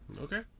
Okay